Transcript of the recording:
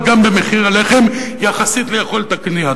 אבל גם במחיר הלחם יחסית ליכולת הקנייה.